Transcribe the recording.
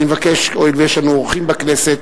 הואיל ויש לנו אורחים בכנסת,